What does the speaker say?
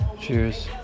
Cheers